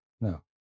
No